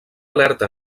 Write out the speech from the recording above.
alerta